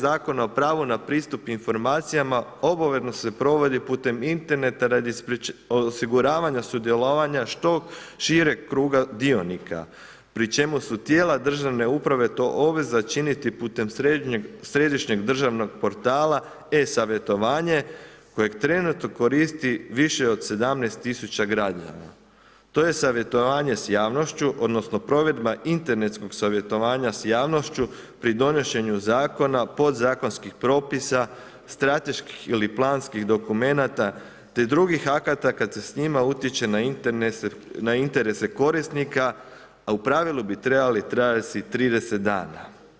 Zakona o pravu na pristup informacijama obavezno se provodi putem interneta radi osiguravanja sudjelovanja što šireg kruga dionika pri čemu su tijela državne uprave to obveza činiti putem središnjeg državnog portala e-Savjetovanje koje trenutno koristi više od 17.000 građana. to je savjetovanje sa javnošću odnosno provedba internetskog savjetovanja s javnošću pri donošenju zakona, podzakonskih propisa, strateških ili planskih dokumenata te drugih akata kada se s njima utječe na interese korisnika, a u pravilu bi trebali trajati 30 dana.